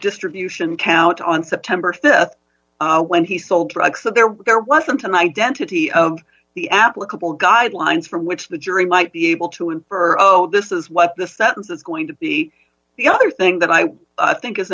distribution count on september th when he sold drugs that there wasn't an identity of the applicable guidelines for which the jury might be able to infer oh this is what the sentence is going to be the other thing that i think i